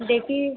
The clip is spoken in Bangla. দেখি